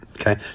Okay